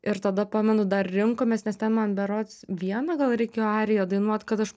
ir tada pamenu dar rinkomės nes ten man berods vieną gal reikėjo ariją dainuot kad aš